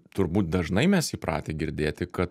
turbūt dažnai mes įpratę girdėti kad